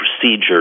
procedure